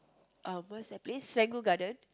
uh what is that place Serangoon-Garden